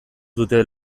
dute